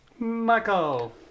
Michael